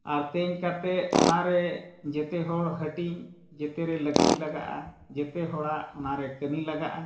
ᱟᱨ ᱛᱮᱧ ᱠᱟᱛᱮᱫ ᱚᱱᱟᱨᱮ ᱡᱷᱚᱛᱚ ᱦᱚᱲ ᱦᱟᱹᱴᱤᱧ ᱡᱷᱚᱛᱚ ᱨᱮ ᱞᱟᱹᱠᱛᱤ ᱞᱟᱜᱟᱜᱼᱟ ᱡᱷᱚᱛᱚ ᱦᱚᱲᱟᱜ ᱚᱱᱟᱨᱮ ᱠᱟᱹᱢᱤ ᱞᱟᱜᱟᱜᱼᱟ